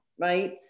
right